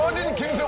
didn't give